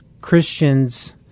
Christians